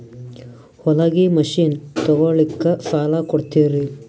ಹೊಲಗಿ ಮಷಿನ್ ತೊಗೊಲಿಕ್ಕ ಸಾಲಾ ಕೊಡ್ತಿರಿ?